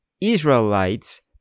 Israelites